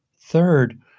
Third